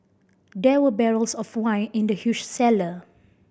there were barrels of wine in the huge cellar